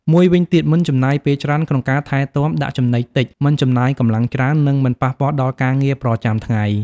មួយវិញទៀត មិនចំណាយពេលច្រើនក្នុងការថែទាំ ដាក់ចំណីតិច មិនចំណាយកម្លាំងច្រើន និងមិនប៉ះពាល់ដល់ការងារប្រចាំថ្ងៃ។